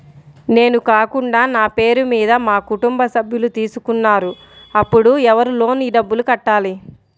నేను కాకుండా నా పేరు మీద మా కుటుంబ సభ్యులు తీసుకున్నారు అప్పుడు ఎవరు లోన్ డబ్బులు కట్టాలి?